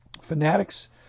Fanatics